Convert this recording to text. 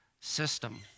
system